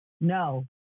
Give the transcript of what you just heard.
No